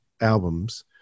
albums